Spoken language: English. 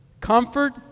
comfort